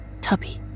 Tubby